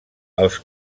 els